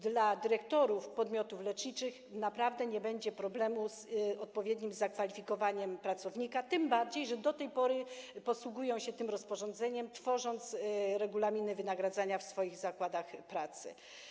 Dla dyrektorów podmiotów leczniczych naprawdę nie będzie problemu z odpowiednim zakwalifikowaniem pracownika, tym bardziej że oni do tej pory posługują się tym rozporządzeniem, tworząc regulaminy wynagradzania w swoich zakładach pracy.